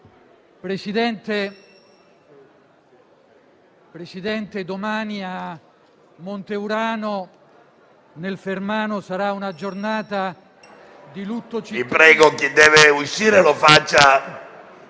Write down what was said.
Presidente, domani a Monte Urano, nel Fermano, sarà una giornata di lutto cittadino...